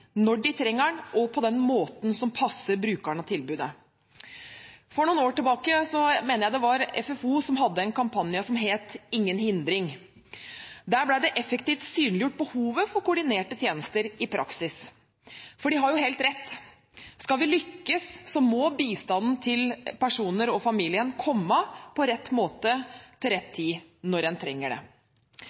når de trenger den, og på den måten som passer brukeren av tilbudet. For noen år tilbake mener jeg FFO hadde en kampanje som het «Ingen hindring». Der ble behovet for koordinerte tjenester i praksis effektivt synliggjort. For de har jo helt rett. Skal vi lykkes, må bistanden til personer og familien komme på rett måte til rett tid når en trenger det.